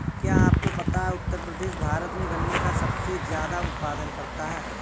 क्या आपको पता है उत्तर प्रदेश भारत में गन्ने का सबसे ज़्यादा उत्पादन करता है?